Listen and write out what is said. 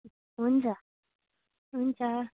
हुन्छ हुन्छ